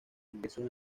ingresos